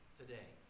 today